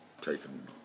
taken